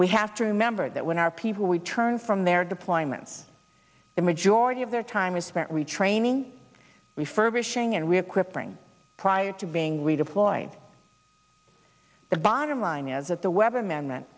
we have to remember that when our people return from their deployments the majority of their time is spent retraining refurbishing and we equip ring prior to being redeployed the bottom line is at the weather man that